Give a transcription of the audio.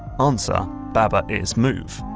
answer baba is move.